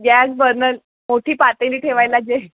gas burner मोठी पातेली ठेवायला जे